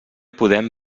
podem